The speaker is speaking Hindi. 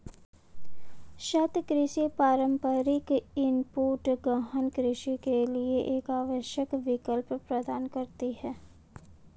सतत कृषि पारंपरिक इनपुट गहन कृषि के लिए एक आवश्यक विकल्प प्रदान करती है